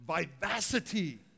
vivacity